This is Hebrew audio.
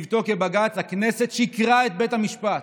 הכנסת שיקרה לבית המשפט.